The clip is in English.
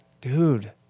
Dude